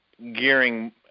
gearing